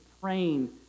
praying